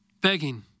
Begging